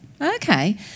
Okay